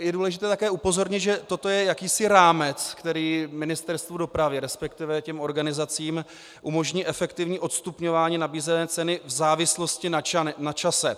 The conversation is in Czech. Je důležité také upozornit, že toto je jakýsi rámec, který Ministerstvu dopravy, resp. těm organizacím, umožní efektivní odstupňování nabízené ceny v závislosti na čase.